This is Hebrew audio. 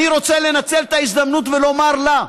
אני רוצה לנצל את ההזדמנות ולומר לה,